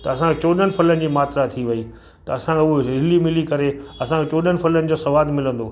त असां चोॾहं फलनि जी मात्रा थी वई त असांखे उहा हिली मिली करे असांखे चोॾहं फलनि जो सवादु मिलंदो